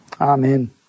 Amen